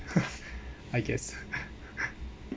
I guess